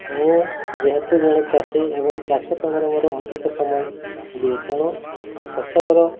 ମୁଁ ଯେହେତୁ ଜଣେ ଚାଷୀ ଏବଂ ଚାଷ କାମରେ ମୋର ଅଧିକ ସମୟ ଦିଏ ତେଣୁ ଫସଲର